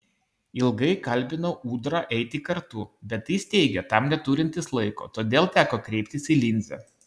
ilgai kalbinau ūdrą eiti kartu bet jis teigė tam neturintis laiko todėl teko kreiptis į linzę